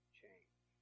change